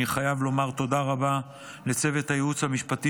אני חייב לומר תודה רבה לצוות הייעוץ המשפטי